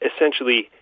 essentially